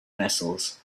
vessels